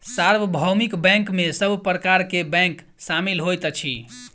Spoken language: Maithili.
सार्वभौमिक बैंक में सब प्रकार के बैंक शामिल होइत अछि